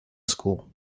school